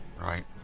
Right